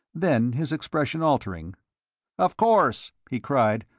then, his expression altering of course! he cried.